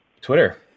twitter